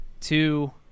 two